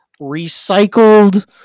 recycled